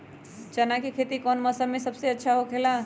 चाना के खेती कौन मौसम में सबसे अच्छा होखेला?